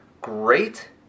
great